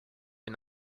une